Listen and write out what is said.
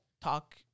talk